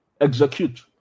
execute